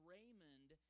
Raymond